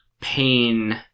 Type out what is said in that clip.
pain